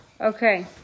Okay